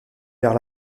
vers